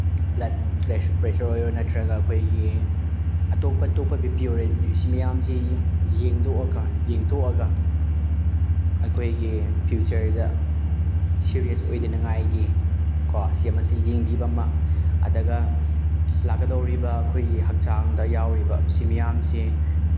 blood pressure ꯑꯣꯏꯔꯣ ꯅꯠꯇ꯭ꯔꯒ ꯑꯩꯈꯣꯏꯒꯤ ꯑꯇꯣꯞꯄ ꯑꯇꯣꯞꯄ ꯕꯤ ꯄꯤ ꯑꯣꯏꯔꯣ ꯑꯁꯤ ꯃꯌꯥꯝꯁꯤ ꯌꯦꯡꯊꯣꯛꯑꯒ ꯑꯩꯈꯣꯏꯒꯤ ꯐ꯭ꯌꯨꯆꯔꯗ ꯁꯤꯔꯤꯌꯁ ꯑꯣꯏꯗꯅꯉꯥꯏꯒꯤ ꯀꯣ ꯁꯤ ꯑꯃꯁꯤ ꯌꯦꯡꯕꯤꯕ ꯑꯃ ꯑꯗꯨꯒ ꯂꯥꯛꯀꯗꯧꯔꯤꯕ ꯑꯩꯈꯣꯏꯒꯤ ꯍꯛꯆꯥꯡꯗ ꯌꯥꯎꯔꯤꯕ ꯁꯤ ꯃꯌꯥꯝꯁꯦ